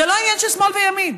זה לא עניין של שמאל וימין.